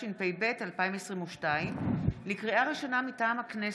התשפ"ב 2022. לקריאה ראשונה, מטעם הכנסת: